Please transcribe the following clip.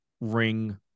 ring